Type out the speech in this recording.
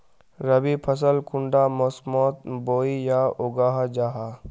रवि फसल कुंडा मोसमोत बोई या उगाहा जाहा?